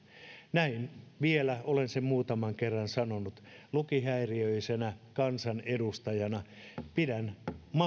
näin vielä olen sen muutaman kerran sanonut lukihäiriöisenä kansanedustajana pidän